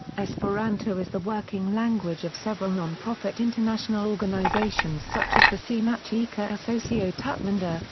esperanto is the working language of several non-profit international organizations such as the sennacieca asocio tutmonda,